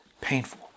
painful